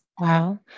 Wow